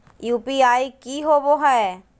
UPI की होबो है?